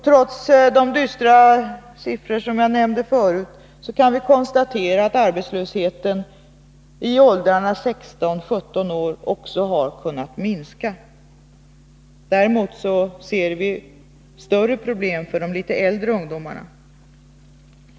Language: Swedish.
Trots de dystra siffror som jag nämnde förut kan vi konstatera att arbetslösheten i åldrarna 16-17 år också har kunnat minska. Däremot ser vi större problem för de litet äldre ungdomarna.